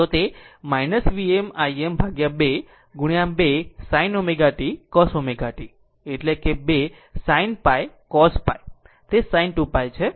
તો તે થશે Vm Im2 2 sin ω t cos ω t એટલે કે 2 sin π cos π તે sin 2 π છે